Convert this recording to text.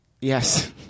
Yes